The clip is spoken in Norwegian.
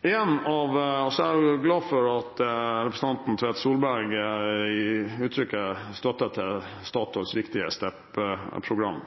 Jeg er glad for at representanten Tvedt Solberg uttrykker støtte til Statoils viktige STEP-program.